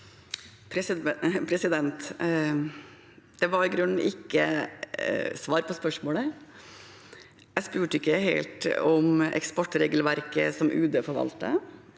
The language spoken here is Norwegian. grunnen ikke svar på spørsmålet. Jeg spurte ikke om eksportregelverket som UD forvalter,